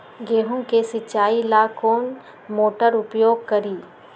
गेंहू के सिंचाई ला कौन मोटर उपयोग करी?